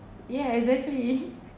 yeah exactly